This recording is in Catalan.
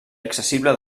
accessible